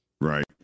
right